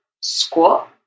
squat